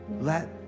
let